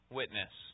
witness